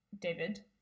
david